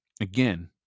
Again